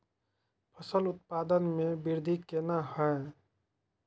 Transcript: फसल उत्पादन में वृद्धि केना हैं?